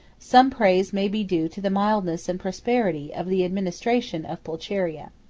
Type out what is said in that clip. some praise may be due to the mildness and prosperity, of the administration of pulcheria.